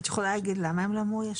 את יכולה להגיד למה הם לא מאוישים?